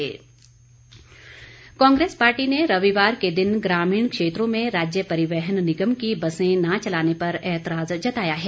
बस सेवा कांग्रेस पार्टी ने रविवार के दिन ग्रामीण क्षेत्रों में राज्य परिवहन निगम की बसें न चलाने पर एतराज जताया है